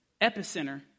epicenter